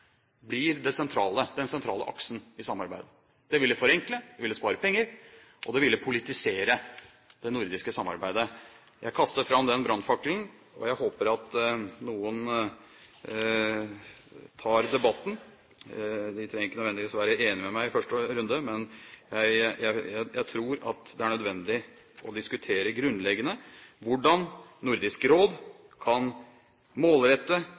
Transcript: blir den sentrale aksen i samarbeidet? Det ville forenkle, det ville spare penger, og det ville politisere det nordiske samarbeidet. Jeg kaster fram den brannfakkelen, og jeg håper at noen tar debatten. De trenger ikke nødvendigvis å være enig med meg i første runde. Men jeg tror det er nødvendig å diskutere grunnleggende hvordan Nordisk Råd kan målrette